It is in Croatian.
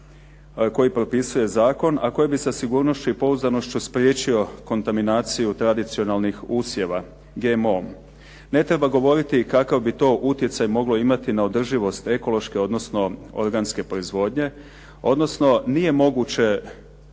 koji propisuje zakon, a koji bi sa sigurnošću i pouzdanošću spriječio kontaminaciju tradicionalnih usjeva GMO. Ne treba govoriti kakav bi to utjecaj moglo imati na održivost ekološke, odnosno organske proizvodnje, odnosno nije moguće